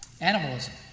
Animalism